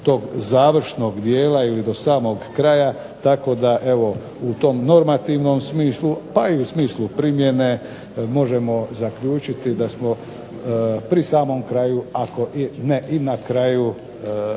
tog završnog dijela ili do samog kraja, tako da evo u tom normativnom smislu, pa i u smislu primjene možemo zaključiti da smo pri samom kraju ako i ne i na kraju